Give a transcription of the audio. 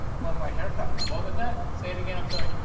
love my haircut. yeah what was that? say it again, i'm sorry.